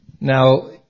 Now